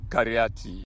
Kariati